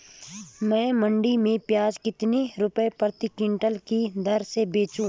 मैं मंडी में प्याज कितने रुपये प्रति क्विंटल की दर से बेचूं?